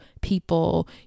people